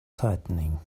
tightening